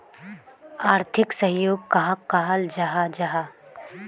आर्थिक सहयोग कहाक कहाल जाहा जाहा?